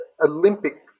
Olympic